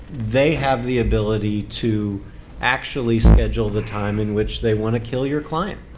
they have the ability to actually schedule the time in which they want to kill your client.